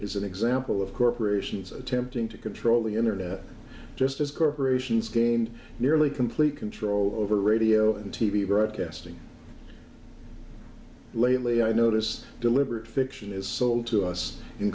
is an example of corporations attempting to control the internet just as corporations gained nearly complete control over radio and t v broadcasting lately i notice deliberate fiction is sold to us in